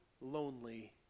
lonely